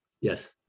Yes